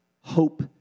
hope